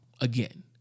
again